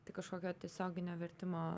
tai kažkokio tiesioginio vertimo